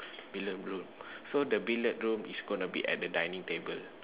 billard room so the billard room is going to be at the dining table